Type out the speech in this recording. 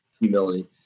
humility